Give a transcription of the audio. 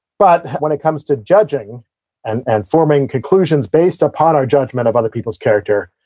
but, when it comes to judging and and forming conclusions based upon our judgment of other peoples' character,